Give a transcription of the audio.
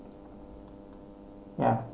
ya